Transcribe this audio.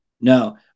No